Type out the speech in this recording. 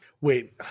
Wait